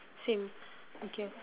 same okay